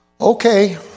Okay